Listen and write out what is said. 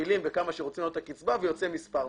מכפילים בכמה שרוצים להעלות את הקצבה ויוצא מספר.